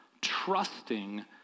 trusting